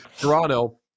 Toronto